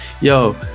Yo